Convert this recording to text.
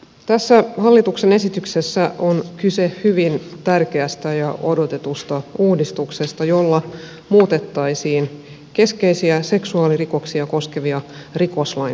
tässä hallituksen esityksessä on kyse hyvin tärkeästä ja odotetusta uudistuksesta jolla muutettaisiin keskeisiä seksuaalirikoksia koskevia rikoslain pykäliä